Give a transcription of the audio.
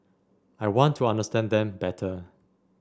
I want to understand them better